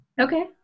Okay